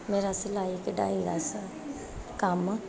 ਮੇਰਾ ਸਿਲਾਈ ਕਢਾਈ ਦਾ ਸ ਕੰਮ